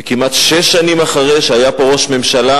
וכמעט שש שנים אחרי שהיה פה ראש ממשלה,